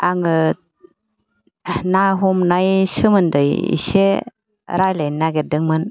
आङो ना हमनाय सोमोन्दै एसे रायज्लायनो नागिरदोंमोन